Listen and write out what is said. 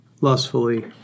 lustfully